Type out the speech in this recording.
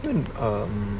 then um